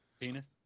Penis